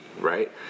right